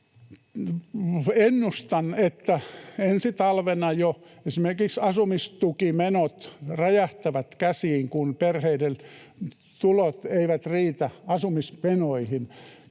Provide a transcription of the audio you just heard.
Ennustan, että jo ensi talvena esimerkiksi asumistukimenot räjähtävät käsiin, kun perheiden tulot eivät riitä asumismenoihin.